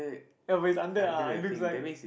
ya but it's under ah it looks like